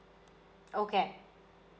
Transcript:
okay